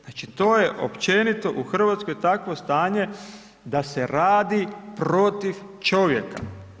Znači to je općenito u Hrvatskoj takvo stanje da se radi protiv čovjeka.